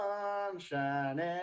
sunshine